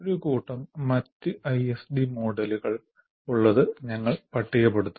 ഒരു കൂട്ടം മറ്റ് ഐഎസ്ഡി മോഡലുകൾ ഉള്ളത് ഞങ്ങൾ പട്ടികപ്പെടുത്തുന്നു